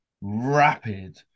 rapid